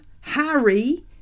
Harry